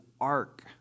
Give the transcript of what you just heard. ark